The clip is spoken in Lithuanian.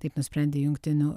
taip nusprendė jungtinių